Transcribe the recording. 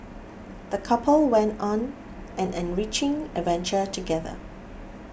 the couple went on an enriching adventure together